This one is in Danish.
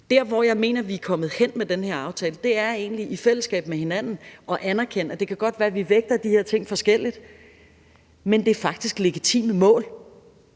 Der, hvor jeg mener vi er kommet hen med den her aftale, er egentlig i fællesskab med hinanden at anerkende, at det godt kan være, at vi vægter de her ting forskelligt, men at det faktisk er legitime mål.